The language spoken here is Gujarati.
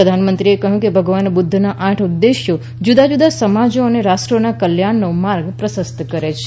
પ્રધાનમંત્રીએ કહ્યું કે ભગવાન બુધ્ધના આઠ ઉદ્દેશ જુદા જુદા સમાજો અને રાષ્ટ્રોધાના કલ્યાણનો માર્ગ પ્રશસ્ત કરે છે